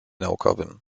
naukowym